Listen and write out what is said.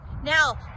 Now